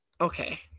okay